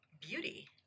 beauty